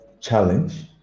challenge